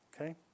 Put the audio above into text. Okay